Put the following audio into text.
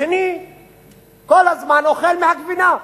השני כל הזמן אוכל מהגבינה,